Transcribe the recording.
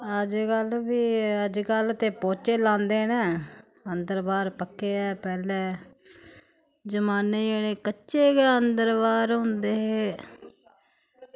अजकल्ल भी अजकल्ल ते पौह्चे लांदे न अंदर बाह्र पक्के ते पैह्ले जमानै जेह्ड़े कच्चे गै अंदर बाह्र होंदे हे